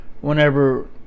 whenever